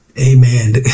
Amen